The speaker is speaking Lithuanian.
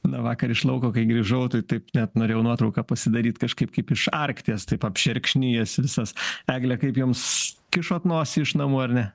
na vakar iš lauko kai grįžau tai taip net norėjau nuotrauką pasidaryt kažkaip kaip iš arkties taip apšerkšnijęs visas egle kaip jums kišot nosį iš namų ar ne